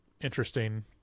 interesting